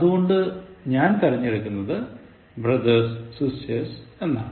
അതുകൊണ്ട് ഞാൻ തിരഞ്ഞെടുക്കുന്നത് brothers sisters എന്നാണ്